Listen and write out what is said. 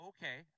Okay